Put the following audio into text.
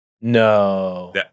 no